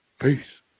peace